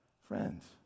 Friends